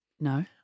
No